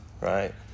Right